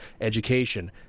Education